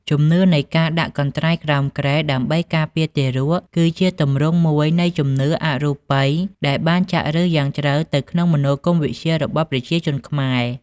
ជំនឿនៃការដាក់កន្ត្រៃក្រោមគ្រែដើម្បីការពារទារក គឺជាទម្រង់មួយនៃជំនឿអរូបិយដែលចាក់ឫសយ៉ាងជ្រៅទៅក្នុងមនោគមវិជ្ជារបស់ប្រជាជនខ្មែរ។